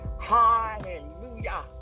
Hallelujah